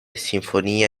sinfonia